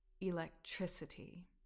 electricity